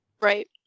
Right